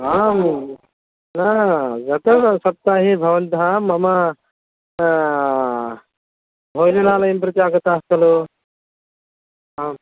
आं गतसप्ताहे भवन्तः मम भोजनालयं प्रति आगतः खलु आम्